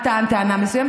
את טענת טענה מסוימת,